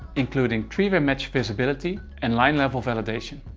including three way match visibility and line-level validation.